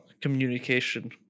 communication